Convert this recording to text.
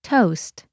Toast